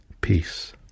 peace